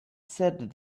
said